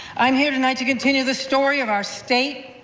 i am here tonight to continue the story of our state,